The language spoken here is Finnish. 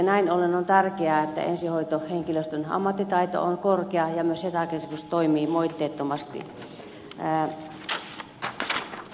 näin ollen on tärkeää että ensihoitohenkilöstön ammattitaito on korkea ja myös hätäkeskus toimii moitteettomasti